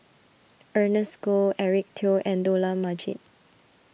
Ernest Goh Eric Teo and Dollah Majid